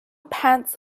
pants